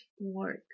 work